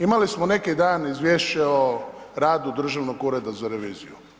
Imali smo neki dan Izvješće o radu Državnog ureda za reviziju.